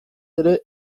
ere